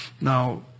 Now